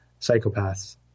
psychopaths